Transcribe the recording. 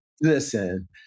Listen